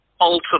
Ultimate